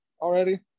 already